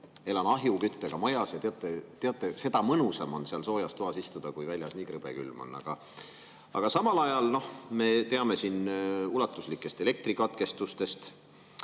Elan ahjuküttega majas ja teate, seda mõnusam on seal soojas toas istuda, kui väljas nii krõbe külm on. Aga samal ajal me teame ulatuslikest elektrikatkestustest.